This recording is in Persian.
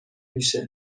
میشه